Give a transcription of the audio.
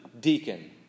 deacon